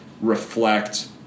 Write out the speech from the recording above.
reflect